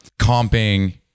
comping